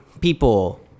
people